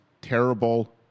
terrible